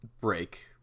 break